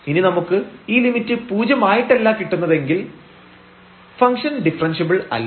ഇനി നമുക്ക് ഈ ലിമിറ്റ് പൂജ്യമായിട്ടല്ല കിട്ടുന്നതെങ്കിൽ ഫംഗ്ഷൻ ഡിഫറെൻഷ്യബിൾ അല്ല